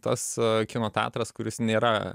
tas kino teatras kuris nėra